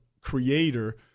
creator